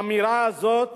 האמירה הזאת